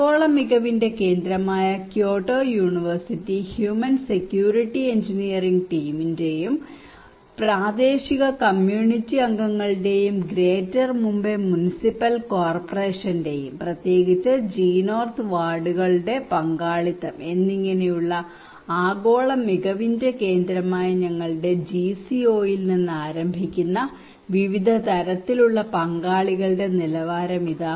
ആഗോള മികവിന്റെ കേന്ദ്രമായ Kyoto university human security engineering ടീമിന്റെയും പ്രാദേശിക കമ്മ്യൂണിറ്റി അംഗങ്ങളുടെയും ഗ്രേറ്റർ മുംബൈ മുനിസിപ്പൽ കോർപ്പറേഷന്റെയും പ്രത്യേകിച്ചും ജി നോർത്ത് വാർഡുകളുടെ പങ്കാളിത്തം എന്നിങ്ങനെയുള്ള ആഗോള മികവിന്റെ കേന്ദ്രമായ ഞങ്ങളുടെ GCOE ൽ നിന്ന് ആരംഭിക്കുന്ന വിവിധ തരത്തിലുള്ള പങ്കാളികളുടെ നിലവാരം ഇതാ